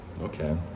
Okay